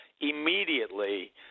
immediately